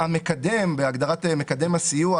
המקדם בהגדרת מקדם הסיוע,